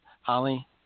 Holly